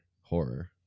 horror